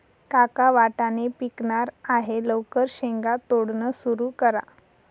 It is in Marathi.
काका वाटाणे पिकणार आहे लवकर शेंगा तोडणं सुरू करा